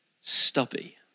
stubby